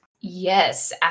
Yes